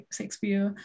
Shakespeare